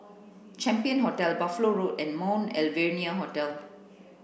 Champion Hotel Buffalo Road and Mount Alvernia Hospital